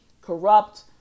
corrupt